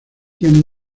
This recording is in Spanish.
tiene